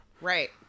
Right